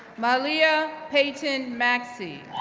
maleah peyton maxie,